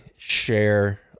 share